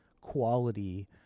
quality